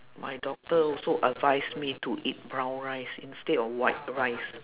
my doctor also advised me to eat brown rice instead of white rice